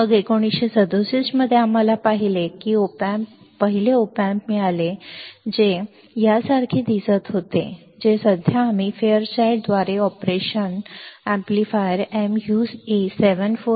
मग 1967 मध्ये आम्हाला पहिले ऑप अँप मिळाले जे यासारखे दिसत होते जे सध्या आम्ही फेअरचाइल्ड द्वारे समान ऑपरेशन एम्पलीफायर mu A741 वापरत आहोत